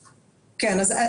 א',